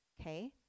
okay